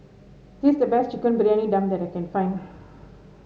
this is the best Chicken Briyani Dum that I can find